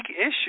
issue